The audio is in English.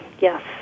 yes